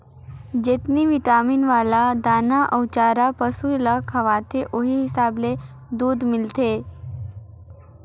जेतनी बिटामिन वाला दाना अउ चारा पसु ल खवाथे ओहि हिसाब ले दूद मिलथे